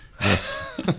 Yes